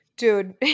Dude